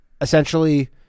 essentially